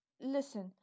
listen